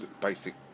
basic